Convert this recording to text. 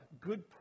good